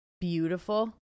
beautiful